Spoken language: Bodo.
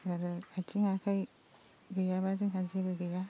आरो आथिं आखाइ गैयाब्ला जोंहा जेबो गैया